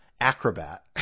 acrobat